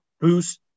boost